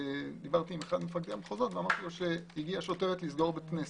דיברתי עם אחד ממפקדי המחוזות ואמרתי לו שהגיעה שוטרת לסגור בית כנסת.